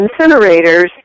incinerators